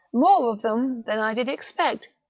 more of them than i did expect,